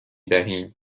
دهیم